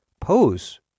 pose